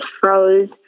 froze